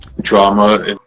drama